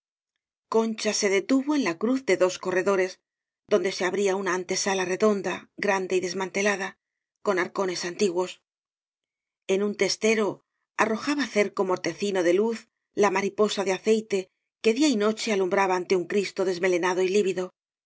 concha se detuvo en la cruz de dos corredores donde se abría una antesala redonda grande y des mantelada con arcones antiguos en un testoo arrojaba cerco mortecino de luz la ma riposa de aceite que día y noche alumbraba ante un cristo desmelenado y lívido